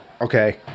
okay